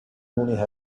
unica